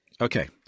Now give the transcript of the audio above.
Okay